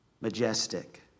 Majestic